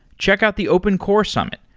check out the open core summit,